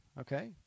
Okay